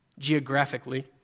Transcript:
geographically